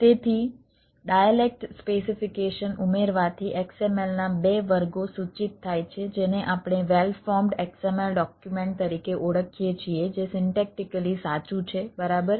તેથી dialect specification ઉમેરવાથી XML ના બે વર્ગો સૂચિત થાય છે જેને આપણે વેલ ફોર્મ્ડ XML ડોક્યુમેન્ટ તરીકે ઓળખીએ છીએ જે સિન્ટેક્ટીકલી સાચું છે બરાબર